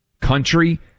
country